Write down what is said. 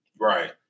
Right